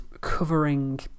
covering